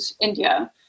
India